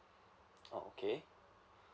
oh okay